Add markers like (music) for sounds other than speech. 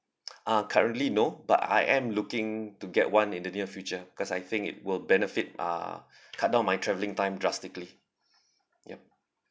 (noise) ah currently no but I am looking to get one in the near future because I think it will benefit uh cut down my travelling time drastically yup